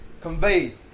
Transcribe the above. convey